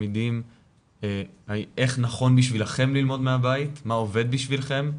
מה עובד בשבילכם?